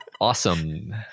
Awesome